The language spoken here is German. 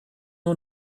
nur